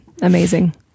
amazing